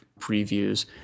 previews